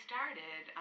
Started